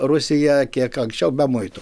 rusija kiek anksčiau be muitų